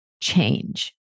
change